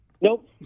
Nope